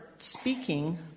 speaking